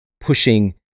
pushing